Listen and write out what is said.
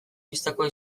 bistakoa